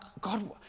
God